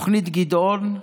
תוכנית גדעון,